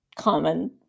common